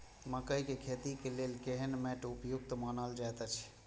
मकैय के खेती के लेल केहन मैट उपयुक्त मानल जाति अछि?